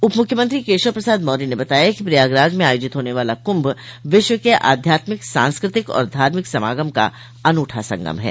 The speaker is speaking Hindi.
उपमुख्यमंत्री केशव प्रसाद मौर्य ने बताया कि प्रयागराज में आयोजित होने वाला कुम्भ विश्व के आध्यात्मिक सांस्कृतिक एवं धार्मिक समागम का अनुठा सगम है